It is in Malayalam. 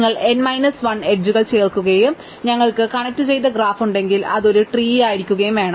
നിങ്ങൾ n മൈനസ് 1 എഡ്ജുകൾ ചേർക്കുകയും ഞങ്ങൾക്ക് കണക്റ്റുചെയ്ത ഗ്രാഫ് ഉണ്ടെങ്കിൽ അത് ഒരു ട്രീയിരിക്കുകയും വേണം